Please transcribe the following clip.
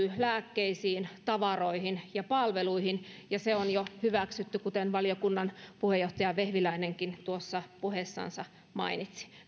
lääkkeisiin tavaroihin ja palveluihin ja se on jo hyväksytty kuten valiokunnan puheenjohtaja vehviläinenkin tuossa puheessansa mainitsi